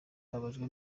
mbabajwe